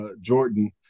Jordan